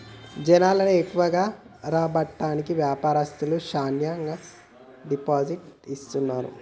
జనాలను ఎక్కువగా రాబట్టేకి వ్యాపారస్తులు శ్యానా డిస్కౌంట్ కి ఇత్తన్నారు